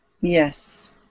Yes